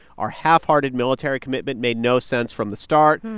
our halfhearted military commitment made no sense from the start.